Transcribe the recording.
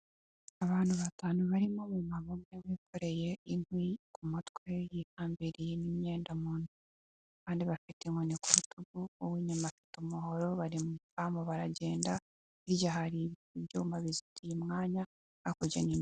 Abantu batanu barimo umumama umwe wikoreye inkwi ku mutwe, yihambiriyemo imyenda mu nda, abandi bafite inkoni ku rutugu , uw'inyuma afite umuhoro, bari mu byatsi baragenda, hirya hari ibyuma bizitiye.